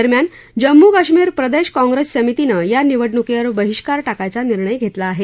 दरम्यान जम्मू कश्मीर प्रदेश काँप्रेस समितीनं या निवडणुकीवर बहिष्कार टाकायचा निर्णय घेतला आहे